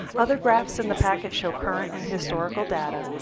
other graphs in the packet show current and historical data,